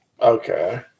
Okay